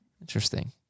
Interesting